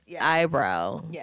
eyebrow